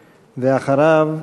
ואחריו,